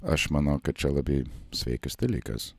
aš manau kad čia labai sveikas dalykas